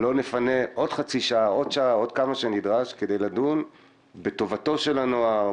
לא נפנה את כל הזמן שנדרש כדי לדון בטובתו של הנוער,